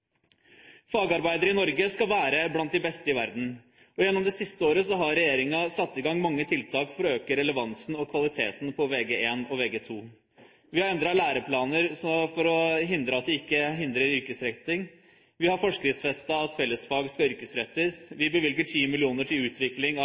Fagarbeidere i Norge skal være blant de beste i verden. Gjennom det siste året har regjeringen satt i gang mange tiltak for å øke relevansen og kvaliteten på Vg1 og Vg2. Vi har endret læreplaner for at det ikke hindrer yrkesretting, vi har forskriftsfestet at fellesfag skal yrkesrettes,